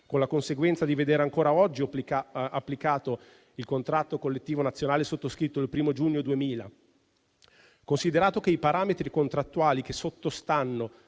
con la conseguenza di vedere applicato ancora oggi il contratto collettivo nazionale sottoscritto il 1° giugno 2000. Considerato che i parametri contrattuali che sottostanno